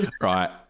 Right